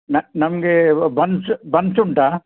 ನ ನಮಗೆ buns buns ಉಂಟಾ